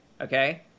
okay